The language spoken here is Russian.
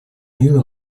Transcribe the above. мира